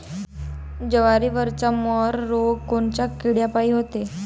जवारीवरचा मर रोग कोनच्या किड्यापायी होते?